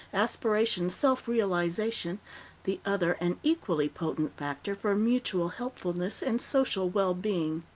aspiration, self-realization the other an equally potent factor for mutual helpfulness and social well-being.